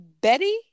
Betty